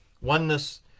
oneness